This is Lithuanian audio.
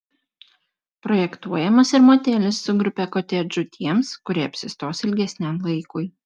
projektuojamas ir motelis su grupe kotedžų tiems kurie apsistos ilgesniam laikui